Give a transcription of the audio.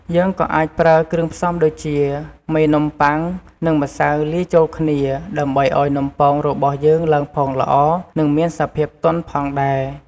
យើងក៏អាចប្រើ គ្រឿងផ្សំដូចជា មេនំបុ័ង និង ម្សៅលាយចូលគ្នា ដើម្បីឱ្យនំប៉ោងរបស់យើងឡើងប៉ោងល្អ និងមានសភាពទន់ផងដែរ។